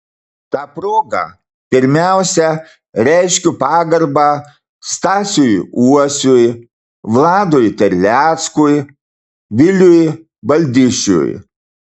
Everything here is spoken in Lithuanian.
ta proga pirmiausia reiškiu pagarbą stasiui uosiui vladui terleckui viliui baldišiui